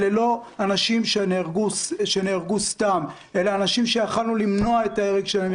אלה לא אנשים שנהרגו סתם אלא הם אנשים שיכולנו למנוע את ההרג שלהם,